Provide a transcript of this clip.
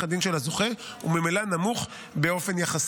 הדין של הזוכה הוא ממילא נמוך באופן יחסי.